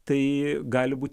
tai gali būt